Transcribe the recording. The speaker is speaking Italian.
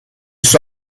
suo